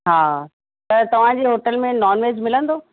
हा त तव्हांजी होटल में नॉनवेज मिलंदो